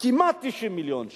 כמעט 90 מיליון שקל.